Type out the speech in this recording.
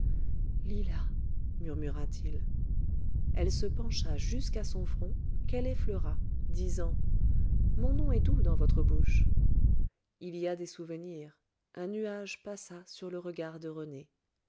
lila murmura il elle se pencha jusqu'à son front qu'elle effleura disant mon nom est doux dans votre bouche il y a des souvenirs un nuage passa sur le regard de rené